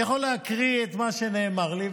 אני יכול להקריא את מה שנאמר לי,